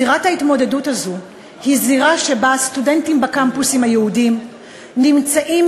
זירת ההתמודדות הזו היא זירה שבה הסטודנטים היהודים בקמפוסים נמצאים